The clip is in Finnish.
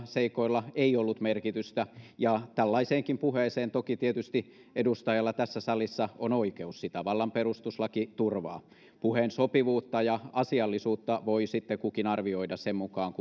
seikoilla ei ollut merkitystä ja tällaiseenkin puheeseen toki tietysti edustajalla tässä salissa on oikeus sitä vallan perustuslaki turvaa puheen sopivuutta ja asiallisuutta voi sitten kukin arvioida sen mukaan